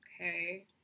Okay